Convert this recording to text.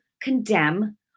condemn